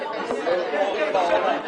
הסעיף התקבל.